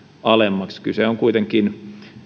alemmaksi kyse on kuitenkin